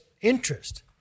interest